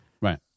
Right